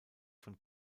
von